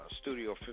Studio